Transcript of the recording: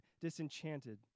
disenchanted